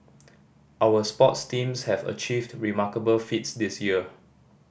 our sports teams have achieved remarkable feats this year